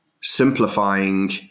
simplifying